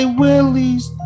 willies